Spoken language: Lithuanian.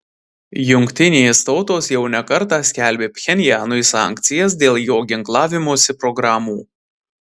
jungtinės tautos jau ne kartą skelbė pchenjanui sankcijas dėl jo ginklavimosi programų